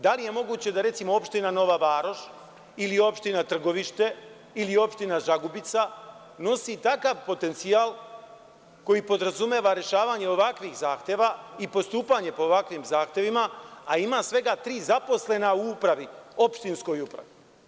Da li je moguće da, recimo, opština Nova Varoš, ili opština Trgovište, ili opština Žagubica, nosi takav potencijal koji podrazumeva rešavanje ovakvih zahteva i postupanje po ovakvim zahtevima, a ima svega tri zaposlena u opštinskoj upravi?